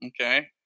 Okay